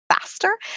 faster